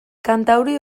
kantauri